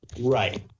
Right